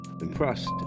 impressed